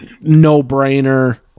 no-brainer